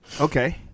Okay